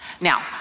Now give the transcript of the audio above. Now